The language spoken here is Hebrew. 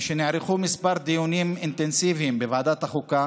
משנערכו כמה דיונים אינטנסיביים בוועדת החוקה